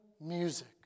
music